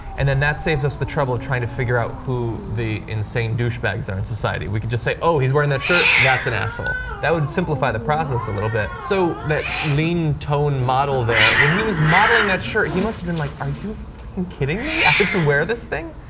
and then that saves us trouble of trying to figure out who the insane douche bags are in society. we can say, oh, he's wearing that shirt. that's an asshole. that would simplify the process a little bit. so that lean tone model there, when he was modeling that shirt, he must have been like, are you fucking kidding me? i have to wear this thing?